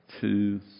two